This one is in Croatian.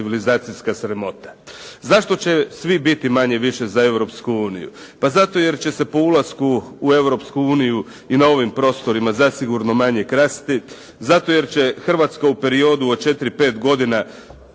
civilizacijska sramota. Zašto će svi biti manje-više za Europsku uniju? Pa zato jer će se po ulasku u Europsku uniju i na ovim prostorima zasigurno manje krasti, zato jer će Hrvatska u periodu od 4, 5 godina